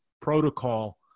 protocol